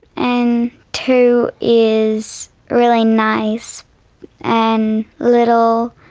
and two is really nice and little,